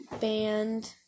band